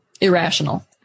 irrational